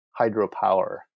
hydropower